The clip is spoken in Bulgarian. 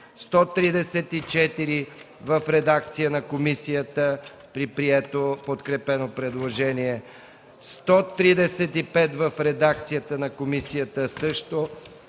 134 в редакция на комисията при подкрепено предложение, чл. 135 в редакцията на комисията, чл.